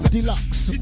Deluxe